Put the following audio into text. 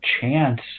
chance